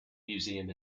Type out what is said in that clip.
museum